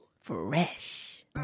Fresh